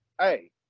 hey